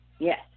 Yes